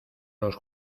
los